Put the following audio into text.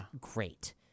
great